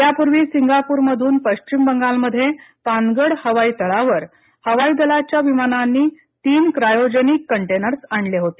यापूर्वी सिंगापूरमधन पश्चिम बंगालमध्ये पानगड हवाई तळावर हवाईदलाच्या विमानांनी तीन क्रायोजेनिक कंटेनर्स आणले होते